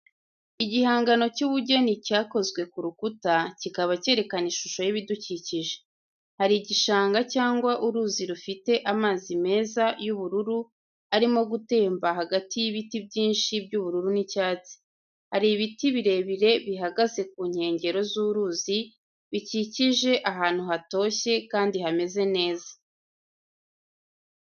Igihangano cy’ubugeni cyakozwe ku rukuta, kikaba cyerekana ishusho y'ibidukikije. Hari igishanga cyangwa uruzi rufite amazi meza y'ubururu arimo gutemba hagati y'ibiti byinshi by’ubururu n’icyatsi. Hari ibiti birebire bihagaze ku nkengero z'uruzi bikikije ahantu hatoshye kandi hameze neza.